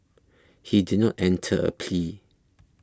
he did not enter a plea